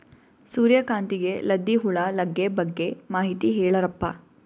ಸೂರ್ಯಕಾಂತಿಗೆ ಲದ್ದಿ ಹುಳ ಲಗ್ಗೆ ಬಗ್ಗೆ ಮಾಹಿತಿ ಹೇಳರಪ್ಪ?